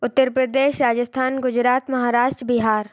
Uttar Pradesh Rajasthan Gujarat Maharashtra Bihar